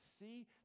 see